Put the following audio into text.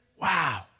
Wow